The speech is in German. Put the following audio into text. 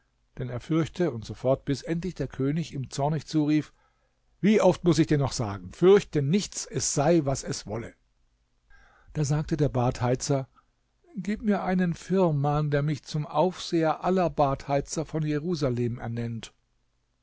denn er fürchte und so fort bis endlich der könig ihm zornig zurief wie oft muß ich dir noch sagen fürchte nichts es sei was es wolle da sagte der badheizer gib mir einen firman der mich zum aufseher aller badheizer von jerusalem ernennt